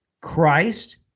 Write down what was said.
Christ